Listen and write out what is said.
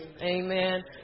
Amen